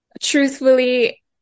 truthfully